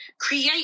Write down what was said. create